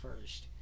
first